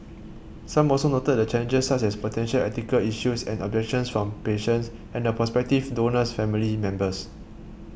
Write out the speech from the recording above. some also noted the challenges such as potential ethical issues and objections from patients and the prospective donor's family members